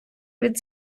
від